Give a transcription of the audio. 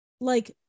like-